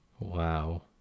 Wow